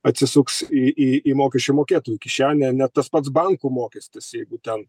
atsisuks į į į mokesčių mokėtojų kišenę net tas pats bankų mokestis jeigu ten